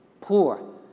poor